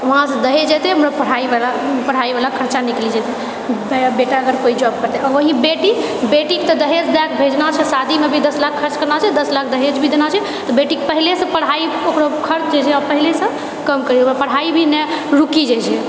ओएहसँ दहेज एतैए हमर पढ़ाइबला खर्चा निकलि जतै बेटा अगर पैघ जॉब करते वही बेटी बेटीके तऽ दहेज दएके भेजनाछै शादीमे भी दश लाख खर्च करनाछै दशलाख दहेजभी देनाछै तऽ बेटीके पहले सेही पढ़ाइके ओकरो खर्च जाइत छै पहलेसँ कम करते ओकर पढ़ाइभी नहि रुकि जाइत छै